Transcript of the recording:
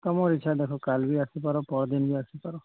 ତମ ଇଚ୍ଛା ଦେଖ କାଲି ଆସିପାର ପରଦିନ ବି ଆସିପାର